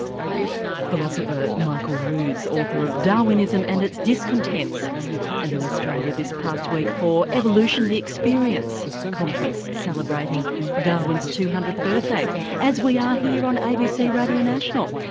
um philosopher michael ruse author of darwinism and its discontents and in australia this past week for evolution the experience conference celebrating darwin's two hundredth birthday as we are here on abc radio national,